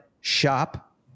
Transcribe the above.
shop